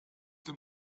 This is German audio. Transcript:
dem